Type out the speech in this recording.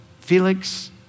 Felix